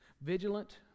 vigilant